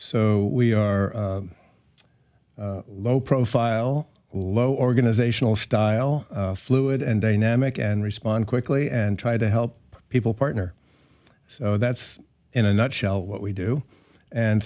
so we are low profile low organizational style fluid and dynamic and respond quickly and try to help people partner so that's in a nutshell what we do and